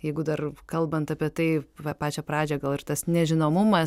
jeigu dar kalbant apie tai pačią pradžią gal ir tas nežinomumas